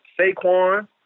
Saquon